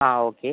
ആ ഓക്കെ